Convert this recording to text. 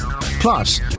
Plus